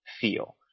feel